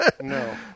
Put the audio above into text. No